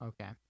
okay